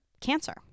cancer